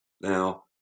Now